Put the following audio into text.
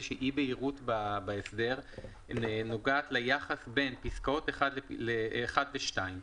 בהירות בהסדר נוגעת ליחס בין פסקאות 1 ו-2.